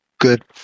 good